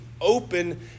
open